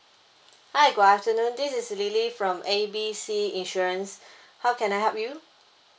hi good afternoon this is lily from A B C insurance how can I help you